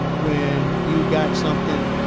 when you got something,